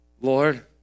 Lord